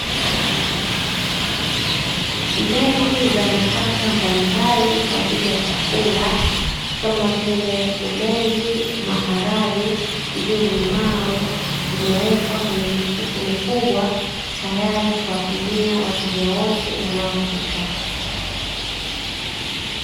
Mbegu za nafaka mbalimbali kwa ajili ya chakula kama vile ulezi, maharage, njugu mawe zimewekwa kwenye mifuko mikubwa tayari kuwapimia wateja wote wanaofika.